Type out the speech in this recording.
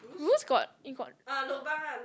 got he got